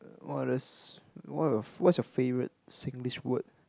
err this what are what what's your favourite Singlish word